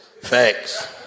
Facts